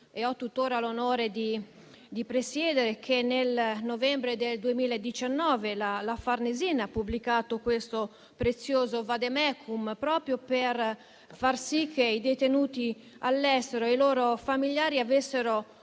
ho tuttora l'onore di presiedere. Nel novembre del 2019 la Farnesina ha pubblicato un prezioso *vademecum* proprio per far sì che i detenuti all'estero e i loro familiari avessero